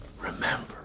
Remember